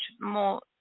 more